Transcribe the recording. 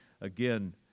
again